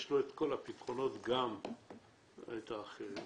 יש לו את כל הפתרונות וגם את האחרים.